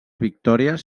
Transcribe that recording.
victòries